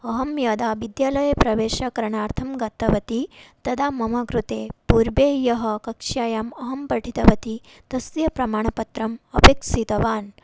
अहं यदा विद्यालयप्रवेशकरणार्थं गतवती तदा मम कृते पूर्वे यः कक्षायाम् अहं पठितवती तस्य प्रमाणपत्रम् अपेक्षितवान्